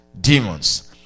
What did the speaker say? demons